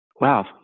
Wow